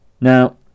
Now